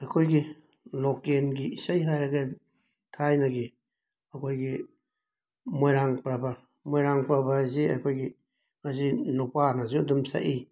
ꯑꯩꯈꯣꯏꯒꯤ ꯂꯣꯀꯦꯟꯒꯤ ꯏꯁꯩ ꯍꯥꯏꯔꯒ ꯊꯥꯏꯅꯒꯤ ꯑꯩꯈꯣꯏꯒꯤ ꯃꯣꯏꯔꯥꯡ ꯄ꯭ꯔꯕ ꯃꯣꯏꯔꯥꯡ ꯄ꯭ꯔꯕꯁꯤ ꯑꯩꯈꯣꯏꯒꯤ ꯃꯁꯤ ꯅꯨꯄꯥꯅꯁꯨ ꯑꯗꯨꯝ ꯁꯛꯏ